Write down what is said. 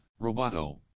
Roboto